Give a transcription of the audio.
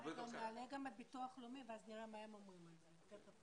נעלה גם את ביטוח לאומי ונראה מה הם אומרים על זה.